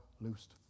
loosed